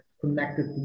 connected